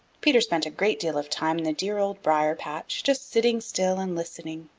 peter spent a great deal of time in the dear old briar-patch just sitting still and listening.